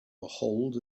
behold